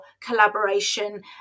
collaboration